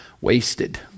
wasted